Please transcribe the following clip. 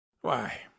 Why